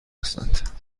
هستند